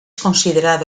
considerado